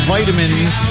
Vitamins